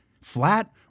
flat